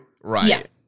Right